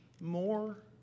more